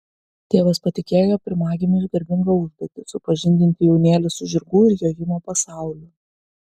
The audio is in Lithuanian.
tėvas patikėjo pirmagimiui garbingą užduotį supažindinti jaunėlį su žirgų ir jojimo pasauliu